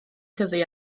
tyfu